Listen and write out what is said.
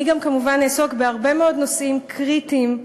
אני גם כמובן אעסוק בהרבה מאוד נושאים קריטיים,